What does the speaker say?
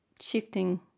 shifting